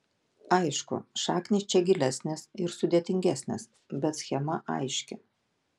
aišku šaknys čia gilesnės ir sudėtingesnės bet schema aiški